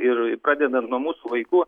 ir pradedant nuo mūsų vaikų